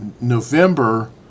November